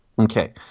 Okay